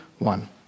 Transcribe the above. One